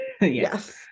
Yes